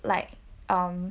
like um